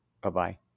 Bye-bye